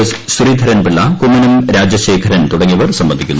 S Sreedharan Pillai Kummanam Rajasekharan തുടങ്ങിയവർ സംബന്ധിക്കുന്നു